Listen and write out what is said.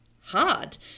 hard